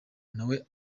nawe